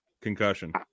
concussion